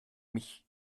mich